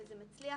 וזה מצליח.